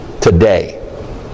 today